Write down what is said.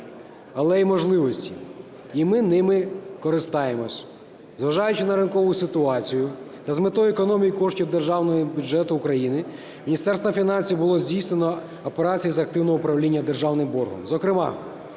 але й можливості, і ми ними користаємося. Зважаючи на ринкову ситуацію та з метою економії коштів державного бюджету України, Міністерством фінансів було здійснено операції з активного управління державним боргом.